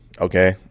Okay